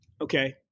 Okay